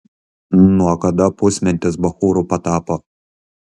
nuo kada pusmentis bachūru patapo